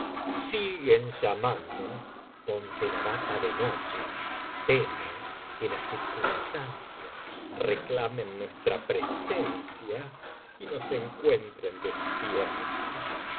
siguen llamando ponte la bata de noche temo que las circunstancias reclamen nuestra presencia y nos encuentren despiertos